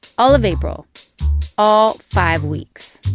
all of april all five weeks.